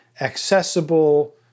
accessible